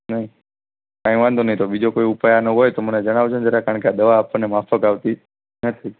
નહીં કંઈ વાંધો નહીં તો બીજો કોઈ ઉપાઈ આનો હોય તો મને જણાવજો ને જરા કારણ કે આ દવા આપણને માફક આવતી નથી